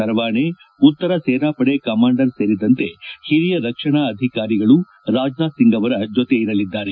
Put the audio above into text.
ನರ್ವಾಣೆ ಉತ್ತರ ಸೇನಾಪಡೆ ಕಮಾಂಡರ್ ಸೇರಿದಂತೆ ಹಿರಿಯ ರಕ್ಷಣಾ ಅಧಿಕಾರಿಗಳು ರಾಜನಾಥ್ ಸಿಂಗ್ ಅವರ ಜೊತೆ ಇರಲಿದ್ದಾರೆ